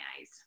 eyes